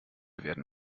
werden